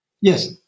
Yes